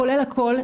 כולל הכל,